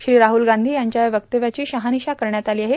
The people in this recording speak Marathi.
श्री राहूल गांधी यांच्या या वक्तव्याची शर्हाानशा करण्यात आर्ला आहे